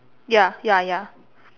ya ya ya